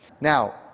Now